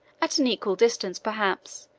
at an equal distance, perhaps,